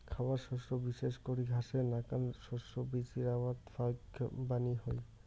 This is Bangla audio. খাবার শস্য বিশেষ করি ঘাসের নাকান শস্য বীচির আবাদ ফাইকবানী হই